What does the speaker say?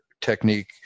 technique